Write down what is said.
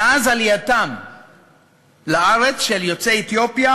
מאז עלייתם לארץ של יוצאי אתיופיה